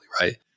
right